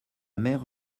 mère